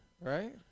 Right